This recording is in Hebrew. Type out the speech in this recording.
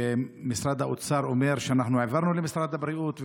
שמשרד האוצר אומר: אנחנו העברנו למשרד הבריאות.